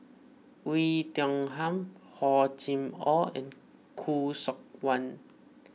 Oei Tiong Ham Hor Chim or and Khoo Seok Wan